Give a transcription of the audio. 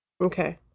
Okay